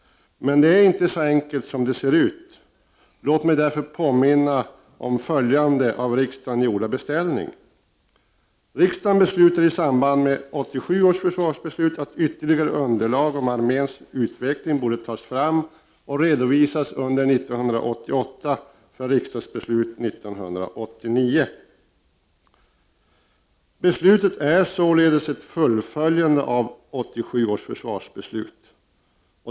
Men det är inte så enkelt som det ser ut. Låt mig påminna om följande av riksdagen gjorda beställning. Riksdagen beslutade i samband med 1987 års försvarsbeslut att ytterligare underlag om arméns utveckling borde tas fram och redovisas under 1988 för riksdagsbeslut 1989. Beslutet är således ett fullföljande av 1987 års försvarsbeslut.